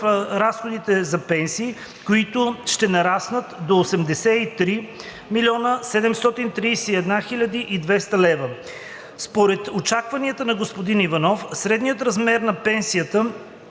в разходите за пенсии, които ще нараснат до 83 731,2 хил. лв. Според очакванията на господин Иванов средният размер на пенсията